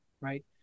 right